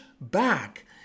back